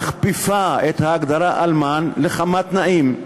מכפיפה את ההגדרה "אלמן" לכמה תנאים.